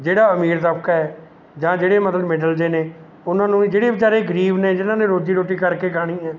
ਜਿਹੜਾ ਅਮੀਰ ਹੈ ਜਾਂ ਜਿਹੜੇ ਮਤਲਬ ਮਿਡਲ ਜਿਹੇ ਨੇ ਉਨ੍ਹਾਂ ਨੂੰ ਵੀ ਜਿਹੜੇ ਵਿਚਾਰੇ ਗਰੀਬ ਨੇ ਜਿਨ੍ਹਾਂ ਨੇ ਰੋਜ਼ੀ ਰੋਟੀ ਕਰਕੇ ਖਾਣੀ ਹੈ